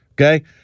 okay